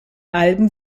alben